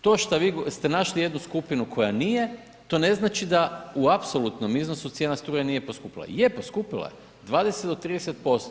To šta vi ste našli jednu skupinu koja nije, to ne znači da u apsolutnom iznosu cijena struje nije poskupila, je, poskupila je, 20 do 30%